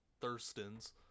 thurston's